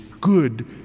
good